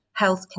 healthcare